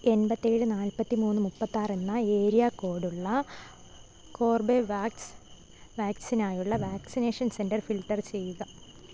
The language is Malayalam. എൺപത്തേഴ് നാൽപ്പത്തി മൂന്ന് മുപ്പത്താറെന്ന ഏരിയ കോഡുള്ള കോർബെവാക്സ് വാക്സിനിനായുള്ള വാക്സിനേഷൻ സെൻറ്റർ ഫിൽട്ടർ ചെയ്യുക